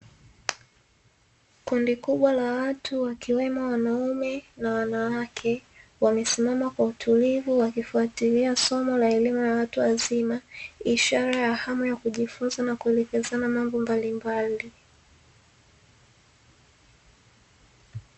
Kundi kubwa la watu wakiwemo wanaume na wanawake Wamesimama kwa utulivu, wakifuatilia somo la elimu ya watu wazima, ishara ya hamu ya kujifunza na kuelekezana mambo mbalimbali.